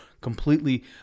completely